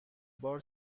بار